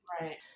Right